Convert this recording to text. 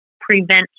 prevent